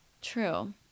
True